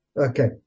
Okay